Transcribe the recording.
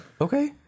Okay